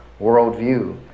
worldview